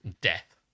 Death